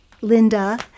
Linda